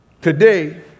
today